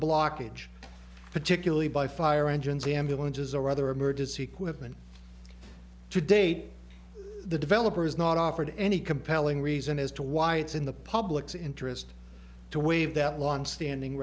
blockage particularly by fire engines ambulances or other emergency equipment to date the developer has not offered any compelling reason as to why it's in the public's interest to waive that longstanding